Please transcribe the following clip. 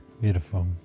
Beautiful